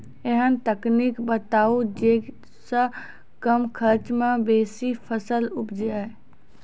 ऐहन तकनीक बताऊ जै सऽ कम खर्च मे बेसी फसल उपजे?